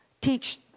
teach